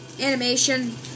Animation